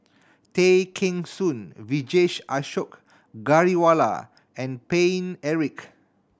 Tay Kheng Soon Vijesh Ashok Ghariwala and Paine Eric